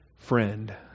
friend